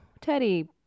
Teddy